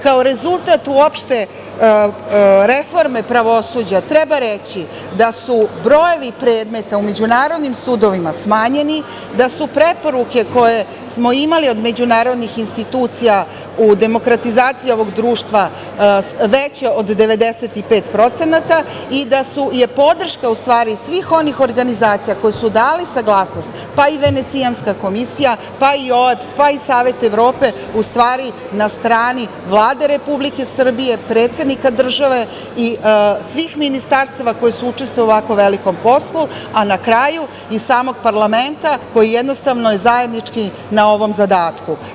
Kao rezultat uopšte reforme pravosuđa treba reći da su brojevi predmeta u međunarodnim sudovima smanjeni, da su preporuke koje smo imali od međunarodnih institucija u demokratizaciji ovog društva veće od 95% i da je podrška u stvari svih onih organizacija koje su dale saglasnost pa i Venecijanska komisija pa i OEBS pa i Savet Evrope u stvari na strani Vlade Republike Srbije, predsednika države i svih ministarstava koja su učestvovala u ovako velikom poslu, a na kraju i samog parlamenta koji jednostavno je zajednički na ovom zadatku.